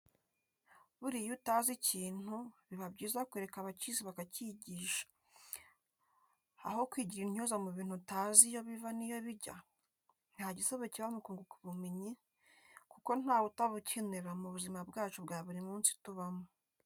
Buriya iyo utazi ikintu, biba byiza kureka abakizi bakakwigisha, aho kwigira intyoza mu bintu utazi iyo biva n'iyo bijya. Nta gisebo kiba mu kunguka ubumenyi kuko nta wutabukenera mu buzima bwacu bwa buri munsi tubamo.